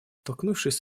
столкнувшись